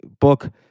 book